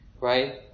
right